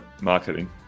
marketing